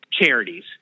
charities